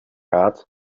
gaat